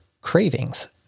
cravings